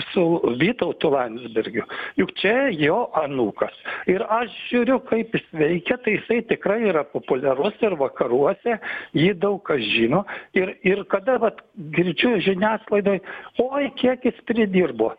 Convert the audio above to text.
su vytautu landsbergiu juk čia jo anūkas ir aš žiūriu kaip jis veikia tai jsai tikrai yra populiarus ir vakaruose jį daug kas žino ir ir kada vat girdžiu žiniasklaidoj oi kiek jis pridirbo